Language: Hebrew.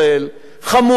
חמורה מאוד,